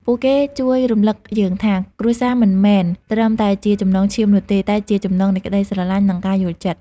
ពួកគេជួយរំលឹកយើងថា គ្រួសារមិនមែនត្រឹមតែជាចំណងឈាមនោះទេ តែជាចំណងនៃក្ដីស្រឡាញ់ និងការយល់ចិត្ត។